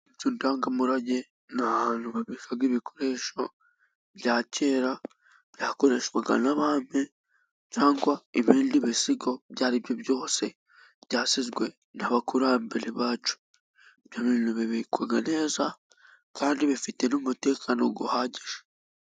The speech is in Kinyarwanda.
Inzu ndangamurage n'ahantu babika ibikoresho bya kera byakoreshwaga n'abami cyangwa ibindi bisigo ibyo aribyo byose byasizwe n'abakurambere bacu, ibyo bintu bibikwa neza kandi bifite n'umutekano uhagije.